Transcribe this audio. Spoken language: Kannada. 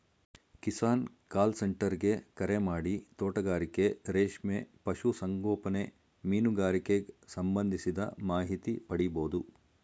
ಕಿಸಾನ್ ಕಾಲ್ ಸೆಂಟರ್ ಗೆ ಕರೆಮಾಡಿ ತೋಟಗಾರಿಕೆ ರೇಷ್ಮೆ ಪಶು ಸಂಗೋಪನೆ ಮೀನುಗಾರಿಕೆಗ್ ಸಂಬಂಧಿಸಿದ ಮಾಹಿತಿ ಪಡಿಬೋದು